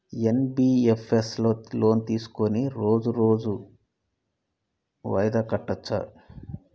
NBFS లో loan తీస్కొని రోజు రోజు వాయిదా కట్టచ్ఛా?